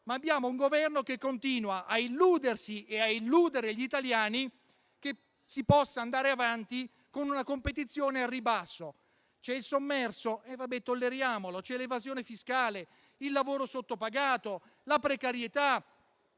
ma abbiamo un Governo che continua a illudersi e a illudere gli italiani che si possa andare avanti con una competizione al ribasso. C'è il sommerso, e va bene, tolleriamolo; ci sono l'evasione fiscale, il lavoro sottopagato, la precarietà,